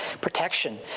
protection